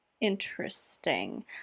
interesting